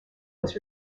was